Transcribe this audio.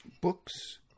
books